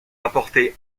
apporter